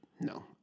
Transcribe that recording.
no